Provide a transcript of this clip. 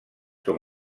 com